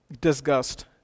disgust